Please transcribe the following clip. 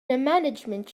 management